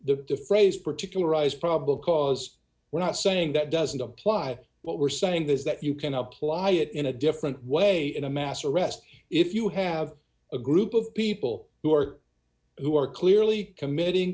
the phrase particularize probable cause we're not saying that doesn't apply but we're saying this that you can apply it in a different way in a mass arrest if you have a group of people who are who are clearly committing